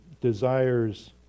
desires